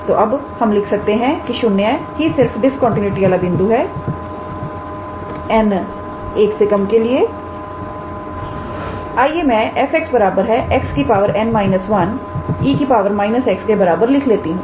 तो अब हम लिख सकते हैं कि 0 ही सिर्फ डिस्कंटीन्यूटी वाला बिंदु है 𝑛 1 के लिए आइए मैं 𝑓𝑥 𝑥 𝑛−1𝑒 −𝑥 के बराबर लिख लेती हूं